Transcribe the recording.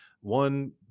one